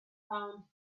found